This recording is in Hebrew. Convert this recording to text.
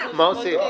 מה עושים?